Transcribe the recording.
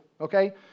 okay